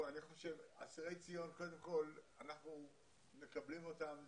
אסירי ציון, אנחנו מקבלים אותם.